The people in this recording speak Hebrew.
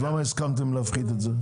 למה הסכמתם להפחית את זה?